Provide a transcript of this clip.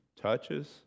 touches